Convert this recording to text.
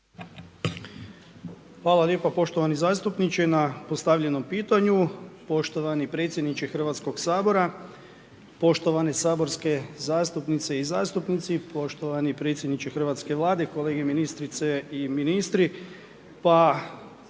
Hvala lijepa poštovani zastupniče na postavljenom pitanju. Poštovani predsjedniče Hrvatskoga sabora, poštovane saborske zastupnice i zastupnici, poštovani predsjedniče hrvatske Vlade, kolege ministrice i ministri.